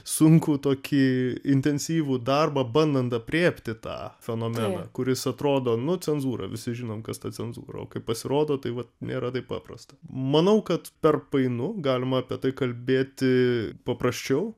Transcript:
sunkų tokį intensyvų darbą bandant aprėpti tą fenomeną kuris atrodo nu cenzūra visi žinom kas ta cenzūra o kai pasirodo tai vat nėra tai paprasta manau kad per painu galima apie tai kalbėti paprasčiau